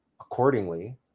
accordingly